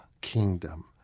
kingdom